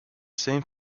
same